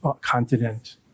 continent